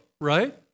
right